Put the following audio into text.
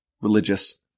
religious